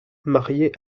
marié